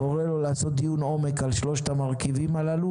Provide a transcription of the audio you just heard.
אני קורא לו לעשות דיון עומק על שלושת המרכיבים הללו